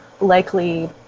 likely